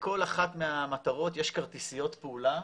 לכל אחת מהמטרות יש כרטיסיות פעולה.